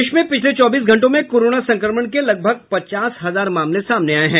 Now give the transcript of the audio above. देश में पिछले चौबीस घंटों में कोरोना संक्रमण के लगभग पचास हजार मामले सामने आये हैं